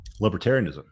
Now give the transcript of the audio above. libertarianism